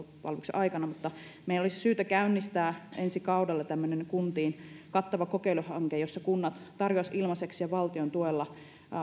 aikana mutta meillä olisi syytä käynnistää ensi kaudella kuntiin kattava kokeiluhanke jossa kunnat tarjoaisivat ilmaiseksi ja valtion tuella